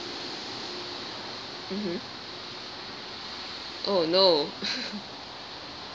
mmhmm oh no